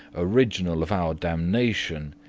original of our damnation,